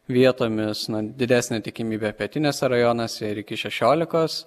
vietomis didesnė tikimybė pietiniuose rajonuose ir iki šešiolikos